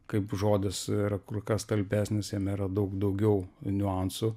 kaip žodis yra kur kas talpesnis jame yra daug daugiau niuansų